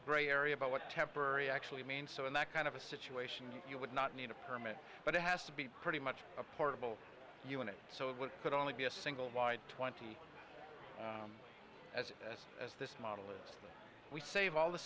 gray area about what temporary actually means so in that kind of a situation you would not need a permit but it has to be pretty much a portable unit so it could only be a single wide twenty as this as this model is that we save all the